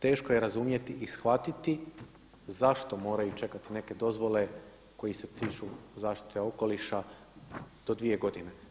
Teško je razumjeti i shvatiti zašto moraju čekati neke dozvole koje se tiču zaštite okoliša do dvije godine.